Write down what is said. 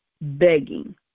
begging